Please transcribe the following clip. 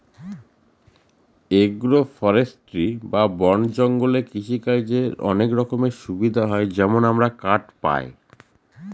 agro forestry বা বন জঙ্গলে কৃষিকাজের অনেক রকমের সুবিধা হয় যেমন আমরা কাঠ পায়